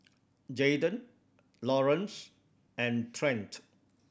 Jaden Laurance and Trent